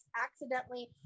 accidentally